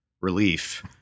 relief